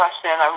question